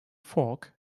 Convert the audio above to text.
fork